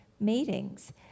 meetings